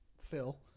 Phil